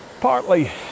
partly